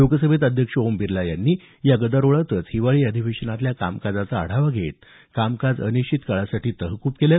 लोकसभेत अध्यक्ष ओम बिर्ला यांनी या गदारोळातच हिवाळी अधिवेशनातल्या कामकाजाचा आढावा घेत कामकाज अनिश्चित काळासाठी तहकूब केलं